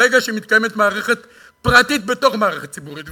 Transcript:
ברגע שמתקיימת מערכת פרטית בתוך מערכת ציבורית,